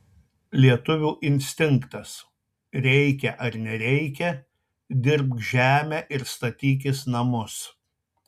lietuvių instinktas reikia ar nereikia dirbk žemę ir statykis namus